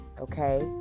okay